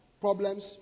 problems